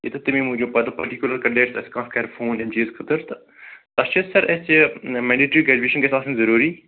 ییٚتیٚتھ تَمِی موٗجوٗب پَتہٕ پٹِکیٛوٗلر کَنٛڈیٹہٕ اَسہِ کانٛہہ کرِ فون امہِ چیٖزٕ خٲطرٕ تتھ چھِ سَر اَسہِ میٚنٛڈیٹری گریجویشَن گَژِھِ آسٕنۍ ضروٗرِی